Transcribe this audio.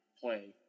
play